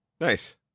Nice